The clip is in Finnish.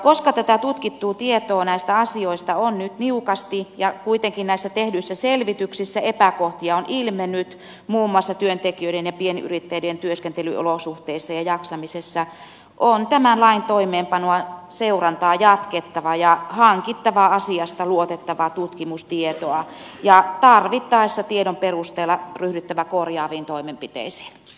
koska tätä tutkittua tietoa näistä asioista on nyt niukasti ja kuitenkin näissä tehdyissä selvityksissä epäkohtia on ilmennyt muun muassa työntekijöiden ja pienyrittäjien työskentelyolosuhteissa ja jaksamisessa on tämän lain toimeenpanon seurantaa jatkettava ja hankittava asiasta luotettavaa tutkimustietoa ja tarvittaessa tiedon perusteella ryhdyttävä korjaaviin toimenpiteisiin